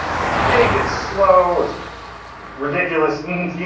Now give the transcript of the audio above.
it's big, it's slow. it's ridiculous. y'know,